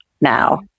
now